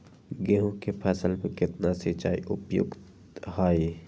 गेंहू के फसल में केतना सिंचाई उपयुक्त हाइ?